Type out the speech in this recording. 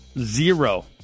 zero